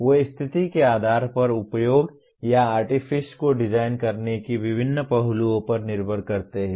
वे स्थिति के आधार पर उपयोग या आर्टिफ़िस को डिज़ाइन करने के विभिन्न पहलुओं पर निर्भर करते हैं